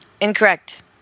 Incorrect